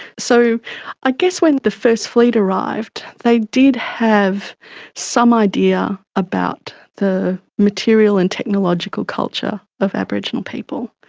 so i guess when the first fleet arrived, they did have some idea about the material and technological culture of aboriginal people.